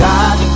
God